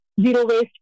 zero-waste